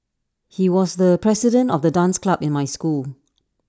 he was the president of the dance club in my school